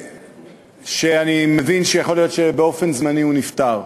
שאני מבין שיכול להיות שבאופן זמני הוא נפתר.